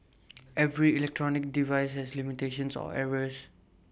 every electronic device has limitations or errors